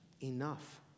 enough